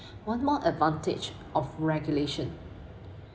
one more advantage of regulation